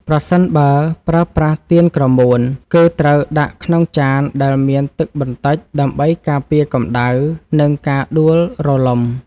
ប្រសិនបើប្រើប្រាស់ទៀនក្រមួន គឺត្រូវដាក់ក្នុងចានដែលមានទឹកបន្តិចដើម្បីការពារកម្តៅ និងការដួលរលំ។